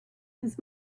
his